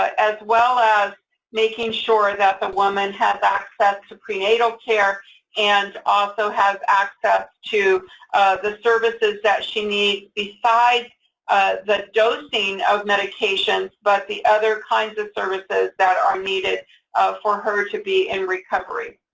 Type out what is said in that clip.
ah as well as making sure that the woman has access to prenatal care and also has access to the services that she needs besides the dosing of medications, but the other kinds of services that are needed for her to be in recovery.